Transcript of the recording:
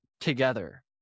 together